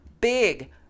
big